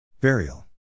Burial